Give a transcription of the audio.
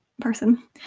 person